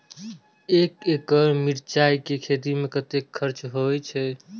एक एकड़ मिरचाय के खेती में कतेक खर्च होय छै?